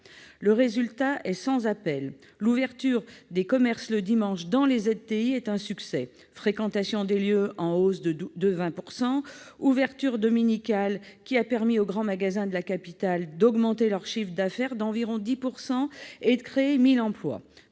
Le résultat est sans appel : l'ouverture des commerces le dimanche dans les ZTI est un succès. La fréquentation des lieux est en hausse de 20 % et l'ouverture dominicale a déjà permis aux grands magasins de la capitale d'augmenter leur chiffre d'affaires d'environ 10 % et de créer 1 000 emplois.